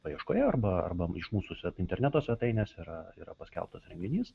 paieškoje arba arba iš mūsų svet interneto svetainės yra yra paskelbtas renginys